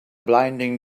blinding